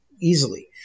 easily